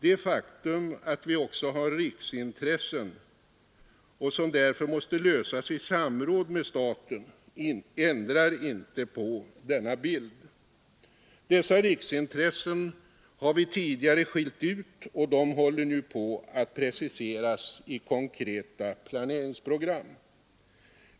Det faktum att vi också har riksintressen som kan kollidera inbördes eller med ett kommunalt medborgarintresse och som därför måste lösas i samråd med staten ändrar inte på denna bild. Dessa riksintressen har vi tidigare skilt ut och de håller nu på att preciseras i konkreta planeringsprogram.